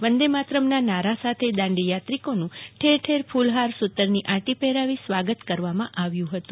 વંદેમારતમના નારાઓ સાથે દાંડી યાત્રિકોનું ઠેર ઠેર કુલહાર સુતરની આંટી પહેરાવી સ્વાગત કરવામાંઆવ્યું હતું